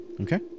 Okay